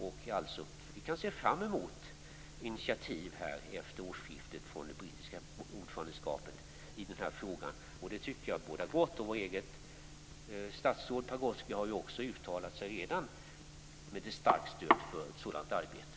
Vi kan alltså se fram emot initiativ efter årsskiftet när ordförandeskapet blir brittiskt. Jag tycker att detta bådar gott. Vårt eget statsråd Pagrotsky har ju också redan uttalat sitt starka stöd för ett sådant arbete.